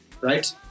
right